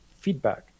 feedback